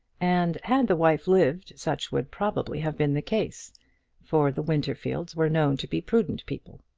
and had the wife lived such would probably have been the case for the winterfields were known to be prudent people.